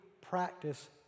practice